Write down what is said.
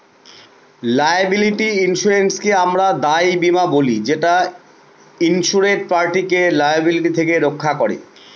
liability ইন্সুরেন্সকে আমরা দায় বীমা বলি যেটা ইন্সুরেড পার্টিকে লায়াবিলিটি থেকে রক্ষা করে